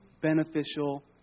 beneficial